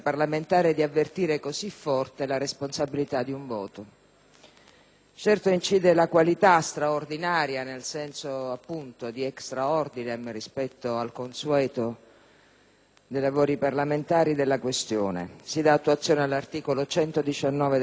Certo, incide la qualità straordinaria della questione, nel senso di *extra ordinem*, rispetto al consueto dei lavori parlamentari. Si dà attuazione all'articolo 119 della Costituzione, sostituendo all'attuale un altro impianto istituzionale,